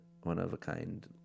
one-of-a-kind